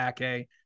Ake